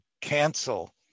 cancel